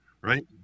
right